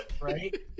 Right